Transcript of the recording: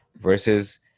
versus